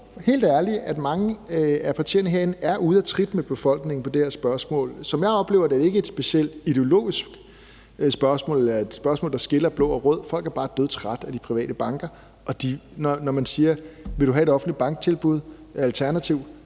helt ærligt, at mange af partierne herinde er ude af trit med befolkningen på det her spørgsmål. Som jeg oplever det, er det ikke et specielt ideologisk spørgsmål eller et spørgsmål, der skiller blå og rød. Folk er bare dødtrætte af de private banker, og når man spørger folk, om de vil have et offentligt banktilbud som et alternativ,